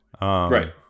Right